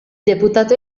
deputato